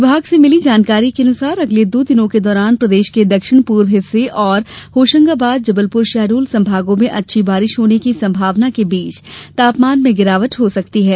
विभाग से मिली जानकारी के अनुसार अगले दो दिनों के दौरान प्रदेश के दक्षिण पूर्व हिस्से और होशंगाबाद जबलपुर शहडोल संभागों में अच्छी बारिश होने की संभावना के बीच तापमान में गिरावट हो सकती है